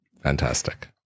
Fantastic